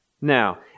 Now